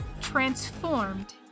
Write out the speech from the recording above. transformed